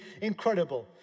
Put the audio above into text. incredible